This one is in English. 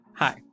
Hi